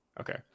Okay